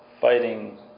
fighting